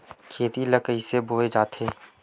खेती ला कइसे बोय जाथे?